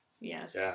Yes